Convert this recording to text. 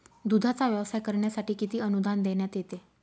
दूधाचा व्यवसाय करण्यासाठी किती अनुदान देण्यात येते?